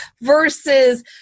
versus